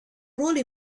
ruolo